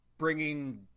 Bringing